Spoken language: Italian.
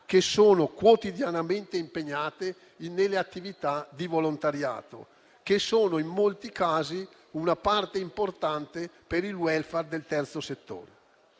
che sono quotidianamente impegnati nelle attività di volontariato, che sono in molti casi una parte importante per il *welfare* del terzo settore.